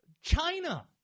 china